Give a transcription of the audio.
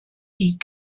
die